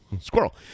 Squirrel